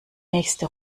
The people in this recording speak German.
nächste